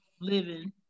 living